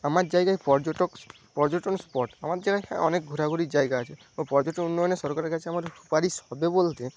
আমার জায়গায় স্পট আমার জায়াগায় অনেক ঘোরাঘুরির জায়গা আছে ও পর্যটন উন্নয়নে সরকারের কাছে আমার সুপারিশ হবে বলতে